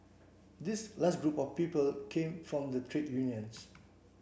this last group of people came from the trade unions